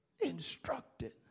Instructed